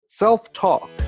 Self-talk